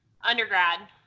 undergrad